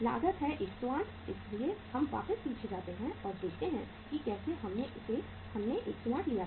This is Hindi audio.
लागत है 108 इसलिए हम वापस पीछे जाते हैं और देखते हैं कि कैसे हमने इसे हमने 108 लिया था